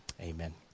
Amen